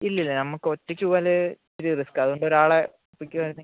ഇല്ലില്ല നമ്മൾക്ക് ഒറ്റയ്ക്ക് പോവല് ഇച്ചിരി റിസ്കാണ് അതുകൊണ്ട് ഒരാളെ കിട്ടുമായിരുന്നെങ്കിൽ